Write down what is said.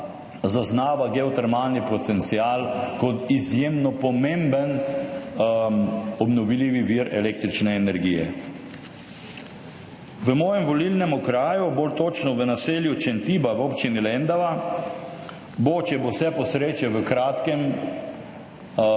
zaznava geotermalni potencial kot izjemno pomemben obnovljivi vir električne energije. V mojem volilnem okraju, bolj točno v naselju Čentiba v občini Lendava, bo, če bo vse po sreči, v kratkem s